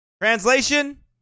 Translation